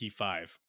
P5